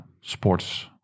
sports